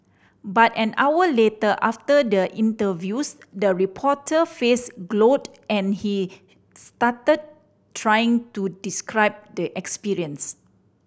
but an hour later after the interviews the reporter face glowed and he stuttered trying to describe the experience